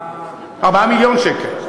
4 מיליון שקל.